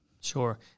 Sure